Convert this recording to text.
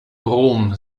rom